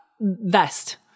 Vest